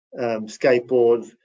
skateboards